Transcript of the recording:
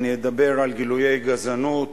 אני אדבר על גילויי גזענות